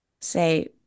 Say